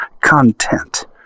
content